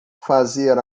fazer